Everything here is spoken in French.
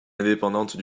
indépendante